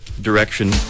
direction